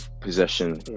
possession